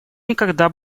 никогда